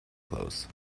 clothes